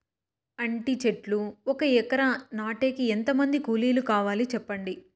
అంటి చెట్లు ఒక ఎకరా నాటేకి ఎంత మంది కూలీలు కావాలి? సెప్పండి?